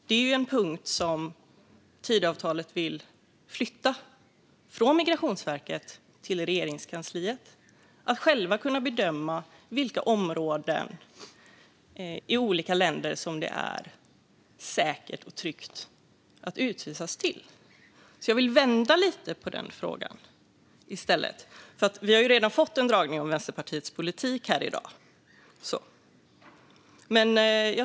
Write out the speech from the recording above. Det är ju en punkt som Tidöavtalet vill flytta från Migrationsverket till Regeringskansliet, där man ska kunna bedöma vilka områden i olika länder som det är säkert och tryggt att bli utvisad till. Jag vill alltså vända lite på frågan. Vi har ju redan fått en dragning om Vänsterpartiets politik här i dag.